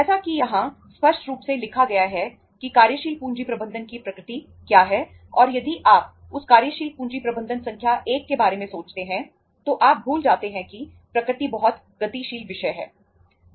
जैसा कि यहां स्पष्ट रूप से लिखा गया है कि कार्यशील पूंजी प्रबंधन की प्रकृति क्या है और यदि आप उस कार्यशील पूंजी प्रबंधन संख्या 1 के बारे में सोचते हैं तो आप भूल जाते हैं कि प्रकृति बहुत गतिशील विषय है